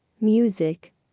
Music